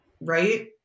Right